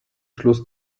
schluss